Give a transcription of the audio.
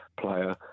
player